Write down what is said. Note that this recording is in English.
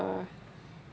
uh